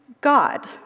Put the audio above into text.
god